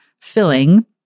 filling